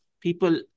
people